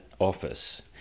Office